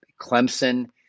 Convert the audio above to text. Clemson